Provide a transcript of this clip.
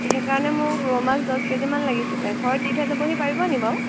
সেইকাৰণে মোক ৰৌ মাছ দহ কেজিমান লাগিছিলে ঘৰত দি থৈ যাবহি পাৰিব নেকি বাৰু